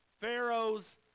Pharaoh's